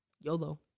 YOLO